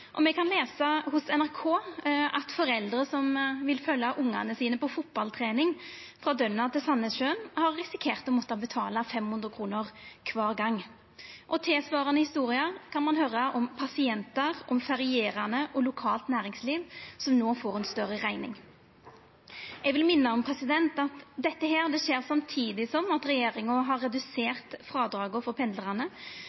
kan lesa på nrk.no at foreldre som vil følgja ungane sine på fotballtrening frå Dønna til Sandnessjøen, har risikert å måtta betala 500 kr kvar gong. Tilsvarande historier kan ein høyra om pasientar, om ferierande og lokalt næringsliv, som no får ei større rekning. Eg vil minna om at dette skjer samtidig som at regjeringa har redusert frådraget for pendlarane, og det skjer samtidig som at regjeringa har